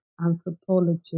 anthropology